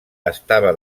estava